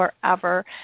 forever